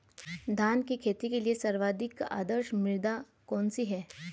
धान की खेती के लिए सर्वाधिक आदर्श मृदा कौन सी है?